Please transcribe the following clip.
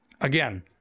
Again